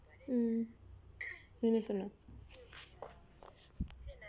mm